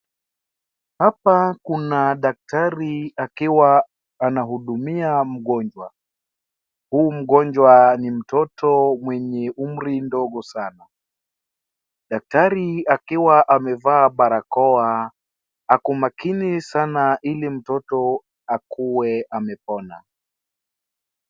Hapa kuna daktari akiwa anahudumia mgonjwa huyu mgonjwa ni mtoto mwenye umri mdogo sana. Daktari akiwa amevaa barakoa ako makini sana ili mtoto akuwe amepona.